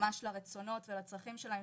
ממש לרצונות ולצרכים שלהם,